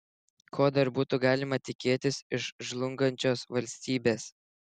ko dar būtų galima tikėtis iš žlungančios valstybės